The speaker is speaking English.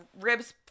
ribs